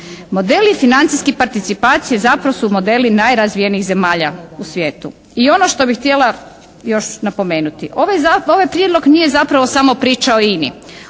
Modeli financijskih participacije zapravo su modeli najrazvijenijih zemalja u svijetu. I ono što bih htjela još napomenuti. Ovaj prijedlog zapravo nije samo priča o INA-i.